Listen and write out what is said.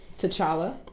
T'Challa